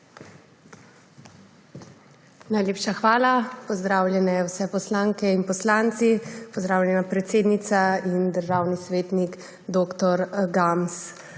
Najlepša hvala. Pozdravljene vse poslanke in poslanci, pozdravljena predsednica in državni svetnik dr. Gams!